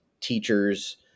teachers